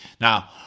Now